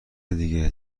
دیگه